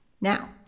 Now